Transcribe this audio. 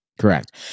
Correct